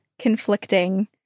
conflicting